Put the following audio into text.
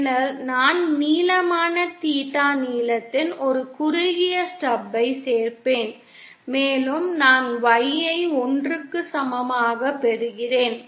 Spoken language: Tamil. பின்னர் நான் நீளமான தீட்டா நீளத்தின் ஒரு குறுகிய ஸ்டப்ஐ சேர்ப்பேன் மேலும் நான் Yஐ 1 க்கு சமமாகப் பெறுகிறேன்